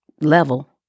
level